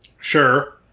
Sure